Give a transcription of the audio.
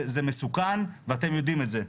זה מסוכן ואתם יודעים את זה.